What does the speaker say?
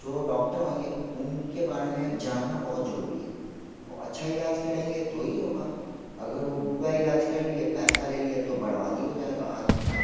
जो डॉक्टर होएंगे उनके बारे में जानना बहुत ज़रूरी है वो अच्छा इलाज करेंगे तो ही होगा अगर वो बुरा इलाज कर लिए पैसा ले लिया तो बर्बादी हो जाएगा आदमी का